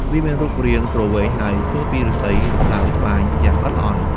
វាមានរាងមូលទ្រវែង ហើយធ្វើពីឫស្សី ឬផ្តៅត្បាញយ៉ាងល្អិតល្អន់។